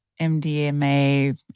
MDMA